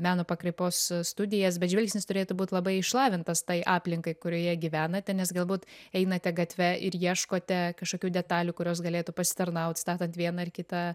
meno pakraipos studijas bet žvilgsnis turėtų būt labai išlavintas tai aplinkai kurioje gyvenate nes galbūt einate gatve ir ieškote kažkokių detalių kurios galėtų pasitarnaut statant vieną ar kitą